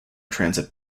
transit